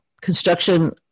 construction